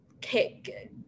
kick